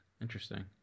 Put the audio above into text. interesting